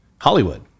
Hollywood